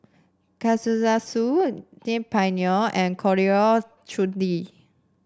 Kalguksu Saag Paneer and Coriander Chutney